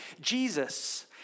Jesus